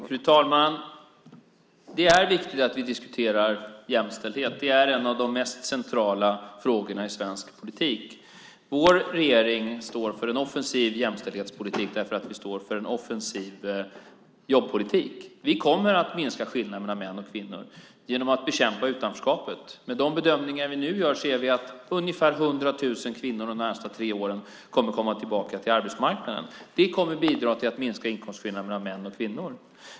Fru talman! Det är viktigt att vi diskuterar jämställdhet. Det är en av de mest centrala frågorna i svensk politik. Vår regering står för en offensiv jämställdhetspolitik därför att vi står för en offensiv jobbpolitik. Vi kommer att minska skillnaderna mellan män och kvinnor genom att bekämpa utanförskapet. Med de bedömningar vi gör ser vi att ungefär 100 000 kvinnor kommer tillbaka till arbetsmarknaden de närmaste tre åren. Det kommer att bidra till att minska inkomstskillnaden mellan män och kvinnor.